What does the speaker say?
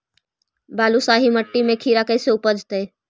बालुसाहि मट्टी में खिरा कैसे उपजतै?